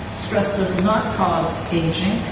stress does not cause ageing,